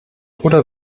oder